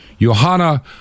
Johanna